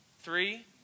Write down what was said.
Three